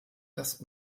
das